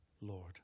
Lord